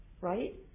Right